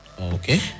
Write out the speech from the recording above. okay